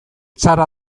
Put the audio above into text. zara